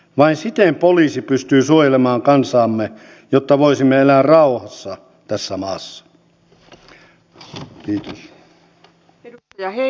vain siten poliisi pystyy suojelemaan kansaamme jotta voisimme elää rauhassa tässä maassa